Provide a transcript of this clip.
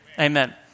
Amen